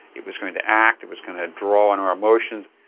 it was going to act, it was gonna draw on our emotions.